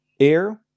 Air